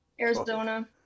arizona